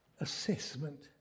assessment